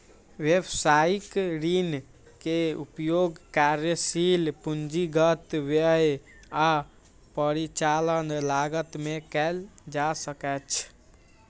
व्यवसायिक ऋण के उपयोग कार्यशील पूंजीगत व्यय आ परिचालन लागत मे कैल जा सकैछ